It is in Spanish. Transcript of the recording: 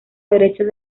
derechos